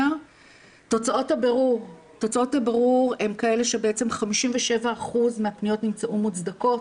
תוצאות הבירור הן כאלה שבעצם 57% מהפניות נמצאו מוצדקות.